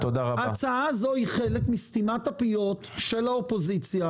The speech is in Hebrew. ההצעה הזאת היא חלק מסתימת הפיות של האופוזיציה